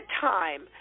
time